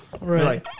Right